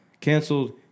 canceled